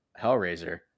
hellraiser